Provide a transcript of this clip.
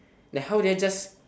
like how did I just